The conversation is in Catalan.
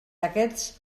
aquests